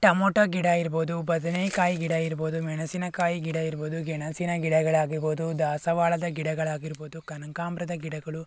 tomato ಗಿಡ ಇರ್ಬೋದು ಬದನೇಕಾಯಿ ಗಿಡ ಇರ್ಬೋದು ಮೆಣಸಿನಕಾಯಿ ಗಿಡ ಇರ್ಬೋದು ಗೆಣಸಿನ ಗಿಡಗಳಾಗಿರ್ಬೋದು ದಾಸವಾಳದ ಗಿಡಗಳಾಗಿರ್ಬೋದು ಕನಕಾಂಬರದ ಗಿಡಗಳು